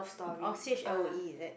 oh C H L O E is it